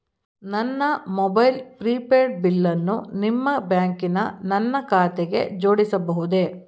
ನನ್ನ mobile prepaid ಬಿಲ್ಲನ್ನು ನಿಮ್ಮ ಬ್ಯಾಂಕಿನ ನನ್ನ ಖಾತೆಗೆ ಜೋಡಿಸಬಹುದೇ?